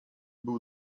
był